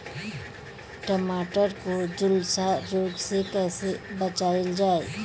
टमाटर को जुलसा रोग से कैसे बचाइल जाइ?